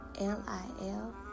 L-I-L